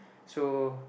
so